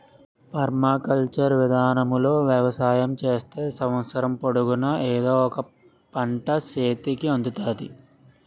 permaculture విధానములో వ్యవసాయం చేత్తే సంవత్సరము పొడుగునా ఎదో ఒక పంట సేతికి అందుతాది